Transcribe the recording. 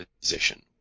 position